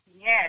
Yes